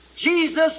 Jesus